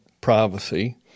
Privacy